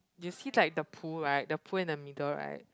you see like the pool right the pool in the middle right